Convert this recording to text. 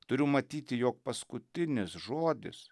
turiu matyti jog paskutinis žodis